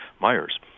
myers